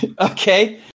Okay